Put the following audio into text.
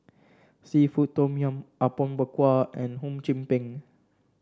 seafood Tom Yum Apom Berkuah and Hum Chim Peng